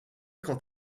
quant